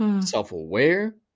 self-aware